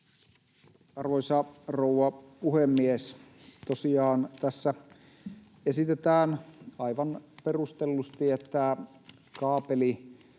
Arvoisa rouva puhemies! Tässä esitetään aivan perustellusti, että kaapeliradion